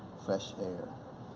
fresh air.